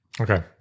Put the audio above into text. Okay